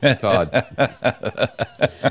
Todd